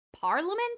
Parliament